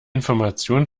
information